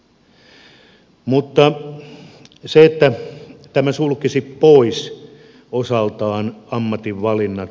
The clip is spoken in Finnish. mutta se että tämä sulkisi pois osaltaan ammatinvalinnat